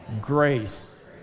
grace